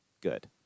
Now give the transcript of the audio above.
good